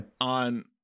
on